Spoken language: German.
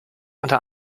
unter